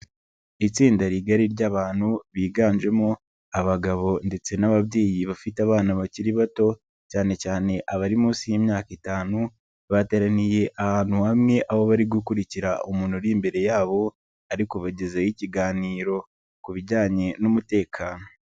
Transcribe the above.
Itsinda rigari ry'abantu biganjemo abagabo ndetse n'ababyeyi bafite abana bakiri bato, cyane cyane abari munsi y'imyaka itanu, bateraniye ahantu hamwe aho bari gukurikira umuntu uri imbere yabo, ari kubagezaho ikiganiro ku bijyanye n'umutekano.